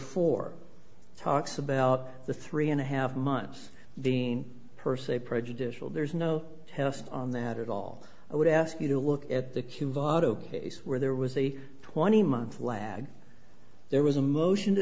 four talks about the three and a half months being per se prejudicial there's no test on that at all i would ask you to look at the q votto case where there was a twenty month lag there was a motion to